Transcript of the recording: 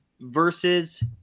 versus